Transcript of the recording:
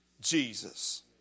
Jesus